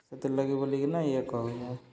ସେଥିର୍ଲାଗି ବଲିକିନା ଏଇ କହୁଚେଁ